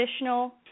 additional